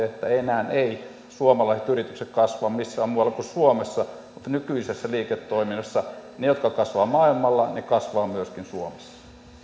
että enää eivät suomalaiset yritykset kasva missään muualla kuin suomessa mutta nykyisessä liiketoiminnassa ne jotka kasvavat maailmalla kasvavat myöskin suomessa